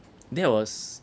that was